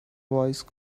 voice